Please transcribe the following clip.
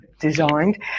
designed